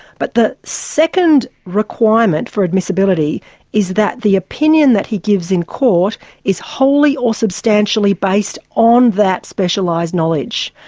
but the second requirement for admissibility is that the opinion that he gives in court is wholly or substantially based on that specialised knowledge.